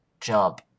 jump